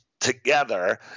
together